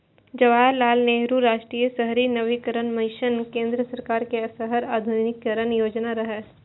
जवाहरलाल नेहरू राष्ट्रीय शहरी नवीकरण मिशन केंद्र सरकार के शहर आधुनिकीकरण योजना रहै